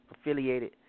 affiliated